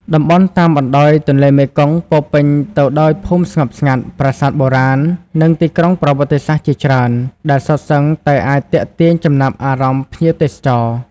តំបន់តាមបណ្តោយទន្លេមេគង្គពោរពេញទៅដោយភូមិស្ងប់ស្ងាត់ ប្រាសាទបុរាណ និងទីក្រុងប្រវត្តិសាស្ត្រជាច្រើន ដែលសុទ្ធសឹងតែអាចទាក់ទាញចំណាប់អារម្មណ៍ភ្ញៀវទេសចរ។